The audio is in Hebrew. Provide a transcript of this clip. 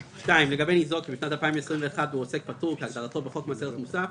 לגבי ניזוק שבשנת 2021 הוא עוסק פטור כהגדרתו בחוק מס ערך מוסף,